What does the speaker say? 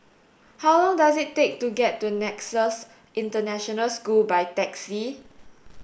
how long does it take to get to Nexus International School by taxi